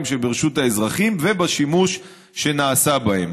שברשות האזרחים ובשימוש שנעשה בהם.